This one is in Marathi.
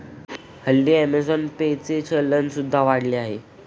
हल्ली अमेझॉन पे चे चलन सुद्धा वाढले आहे